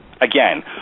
Again